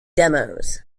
demos